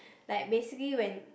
like basically when